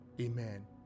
Amen